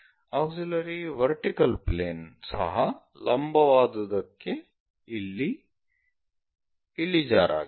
auxiliary vertical plane ಸಹ ಲಂಬವಾದುದಕ್ಕೆ ಇಲ್ಲಿ ಇಳಿಜಾರಾಗಿದೆ